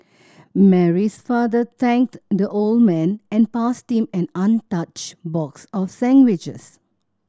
Mary's father thanked the old man and passed him an untouched box of sandwiches